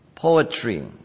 Poetry